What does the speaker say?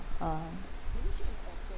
uh